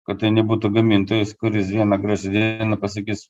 kad tai nebūtų gamintojas kuris vieną gražią dieną pasakys